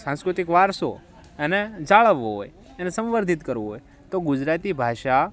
સાંસ્કૃતિક વારસો એને જાળવવો હોય એણે સંવર્ધિત કરવો હોય તો ગુજરાતી ભાષા